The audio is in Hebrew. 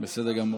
בסדר גמור.